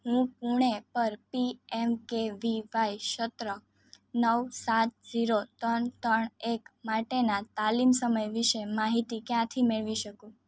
હું પૂણે પર પીએમકેવીવાય સત્ર નવ સાત શૂન્ય ત્રણ ત્રણ એક માટેના તાલીમ સમય વિશે માહિતી ક્યાંથી મેળવી શકું